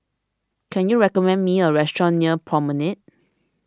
can you recommend me a restaurant near Promenade